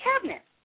cabinet